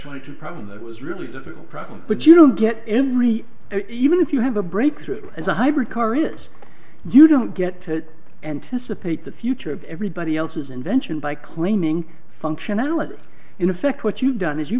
twenty two problem that was really difficult problem but you don't get every even if you have a breakthrough as a hybrid car is you don't get to anticipate the future of everybody else's invention by claiming functionality in effect what you've done is you